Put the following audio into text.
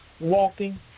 Walking